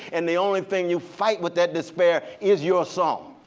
and the only thing you fight with that despair is your song.